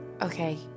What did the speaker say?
okay